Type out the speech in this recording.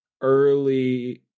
early